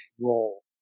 role